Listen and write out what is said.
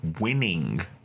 winning